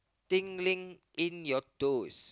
think link in your toast